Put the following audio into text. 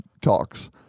talks